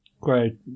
Great